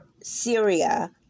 Syria